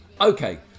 Okay